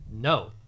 No